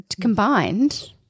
combined